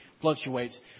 fluctuates